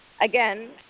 again